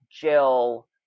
Jill